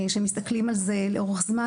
כשמסתכלים על זה לאורך זמן,